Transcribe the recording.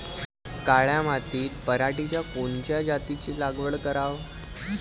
काळ्या मातीत पराटीच्या कोनच्या जातीची लागवड कराव?